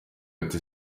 ati